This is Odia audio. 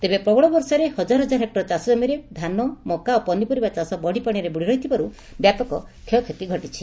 ତେବେ ପ୍ରବଳ ବର୍ଷାରେ ହଜାର ହଜାର ହେକ୍ଟର ଚାଷ ଜମିରେ ଧାନ ମକା ଓ ପନିପରିବା ଚାଷ ବଢିପାଶିରେ ବୁଡି ରହିଥିବାରୁ ବ୍ୟାପକ କ୍ଷୟକ୍ଷତି ହୋଇଛି